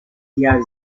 díaz